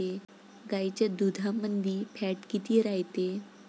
गाईच्या दुधामंदी फॅट किती रायते?